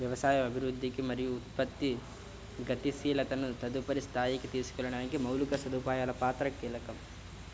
వ్యవసాయ అభివృద్ధికి మరియు ఉత్పత్తి గతిశీలతను తదుపరి స్థాయికి తీసుకెళ్లడానికి మౌలిక సదుపాయాల పాత్ర కీలకం